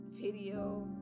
video